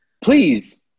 please